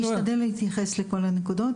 אני אשתדל להתייחס לכל הנקודות.